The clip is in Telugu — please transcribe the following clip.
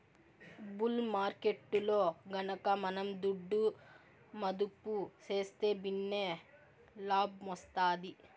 బుల్ మార్కెట్టులో గనక మనం దుడ్డు మదుపు సేస్తే భిన్నే లాబ్మొస్తాది